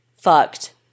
fucked